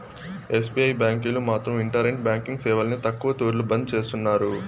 SBI బ్యాంకీలు మాత్రం internet banking సేవల్ని ఎక్కవ తూర్లు బంద్ చేస్తున్నారు